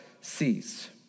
sees